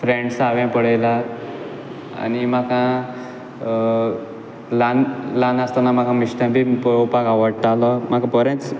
trends हांवें पळयलां आनी म्हाका ल्हान ल्हान आसतना म्हाका मिस्टर बीन पळोवपाक आवडटालो म्हाका बरेंच